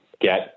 get